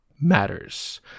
matters